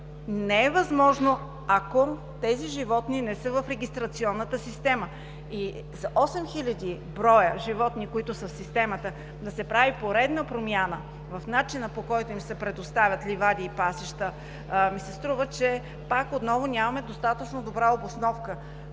не е възможно, ако тези животни не са в регистрационната система. За осем хиляди броя животни, които са в системата, да се прави поредна промяна в начина, по който им се предоставят ливади и пасища, ми се струва, че пак отново нямаме достатъчно добра обосновка.